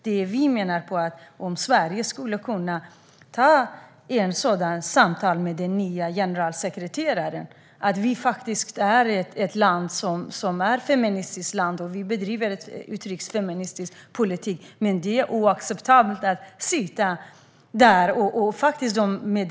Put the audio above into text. Det vi menar är att Sverige skulle kunna ta ett sådant samtal med den nye generalsekreteraren - att vi är ett feministiskt land med en feministisk utrikespolitik och att det är oacceptabelt att sitta där med sådana länder.